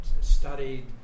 studied